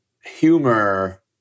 humor